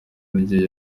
rye